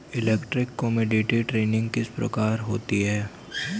Electronic commodity trading किस प्रकार होती है?